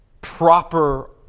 proper